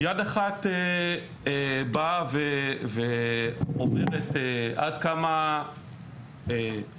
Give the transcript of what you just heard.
יד אחת באה ואומרת עד כמה אסור,